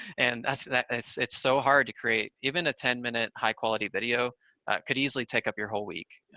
and that's that is it's so hard to create even a ten minute high-quality video could easily take up your whole week.